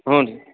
ಹ್ಞೂ ರೀ